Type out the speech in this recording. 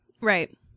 Right